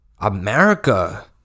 America